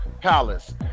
palace